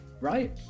right